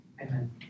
Amen